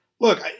look